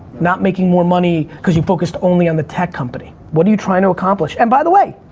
not making more money, cause you focused only on the tech company. what are you trying to accomplish? and by the way,